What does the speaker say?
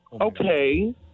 Okay